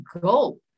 go